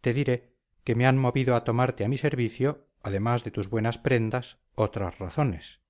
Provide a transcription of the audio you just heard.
te diré que me han movido a tomarte a mi servicio además de tus buenas prendas otras razones